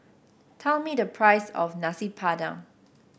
tell me the price of Nasi Padang